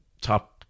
top